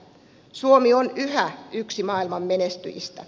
suomi on yhä yksi maailman menestyjistä